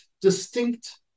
distinct